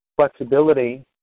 Flexibility